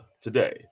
today